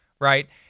right